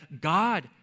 God